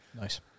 Nice